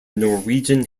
norwegian